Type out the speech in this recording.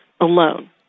alone